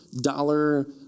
dollar